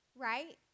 right